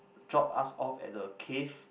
drop us off at a cave